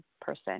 person